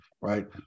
right